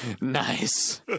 Nice